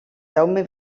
jaume